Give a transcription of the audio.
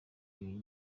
uyu